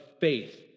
faith